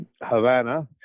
Havana